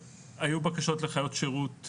מיח"א, חיפה